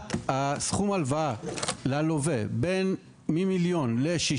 הגדלת סכום ההלוואה ללווה ממיליון ₪ ל-6